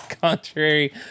contrary